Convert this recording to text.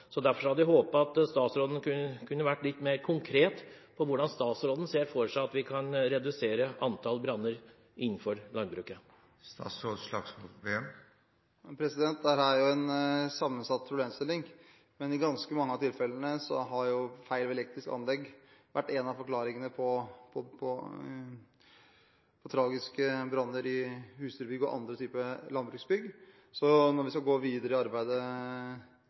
hadde jeg håpet at statsråden kunne vært litt mer konkret på hvordan statsråden ser for seg at vi kan redusere antall branner innenfor landbruket. Dette er jo en sammensatt problemstilling, men i ganske mange av tilfellene har feil ved elektriske anlegg vært en av forklaringene på tragiske branner i husdyrbygg og andre typer landbruksbygg. Når vi skal gå videre i arbeidet